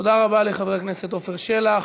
תודה רבה לחבר הכנסת עפר שלח.